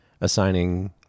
assigning